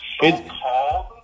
So-called